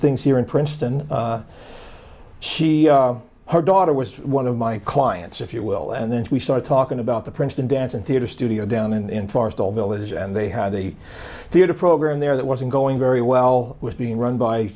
things here in princeton she her daughter was one of my clients if you will and then we started talking about the princeton dance and theater studio down in forest all village and they had a theater program there that wasn't going very well was being run by